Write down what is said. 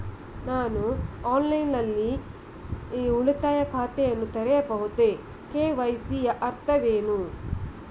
ನಾನು ಆನ್ಲೈನ್ ನಲ್ಲಿ ಉಳಿತಾಯ ಖಾತೆಯನ್ನು ತೆರೆಯಬಹುದೇ? ಕೆ.ವೈ.ಸಿ ಯ ಅರ್ಥವೇನು?